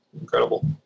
Incredible